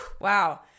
Wow